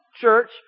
church